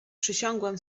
przysiągłem